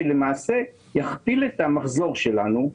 שלמעשה יכפיל את המחזור שלנו,